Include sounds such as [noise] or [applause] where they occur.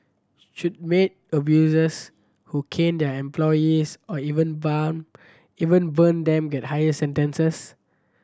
should maid abusers who cane their employees or even [unintelligible] even burn them get higher sentences